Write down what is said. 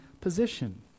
position